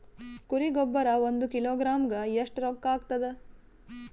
ಕುರಿ ಗೊಬ್ಬರ ಒಂದು ಕಿಲೋಗ್ರಾಂ ಗ ಎಷ್ಟ ರೂಕ್ಕಾಗ್ತದ?